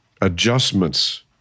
adjustments